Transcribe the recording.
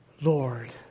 Lord